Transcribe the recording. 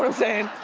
and saying?